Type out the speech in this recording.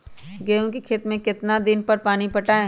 गेंहू के खेत मे कितना कितना दिन पर पानी पटाये?